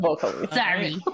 sorry